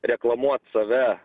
reklamuot save